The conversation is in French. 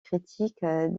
critique